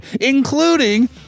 including